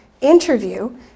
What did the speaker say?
interview